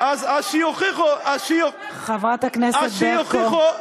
אז שיוכיחו, חברת הכנסת ברקו,